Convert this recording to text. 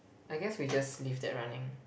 I guess we just leave that running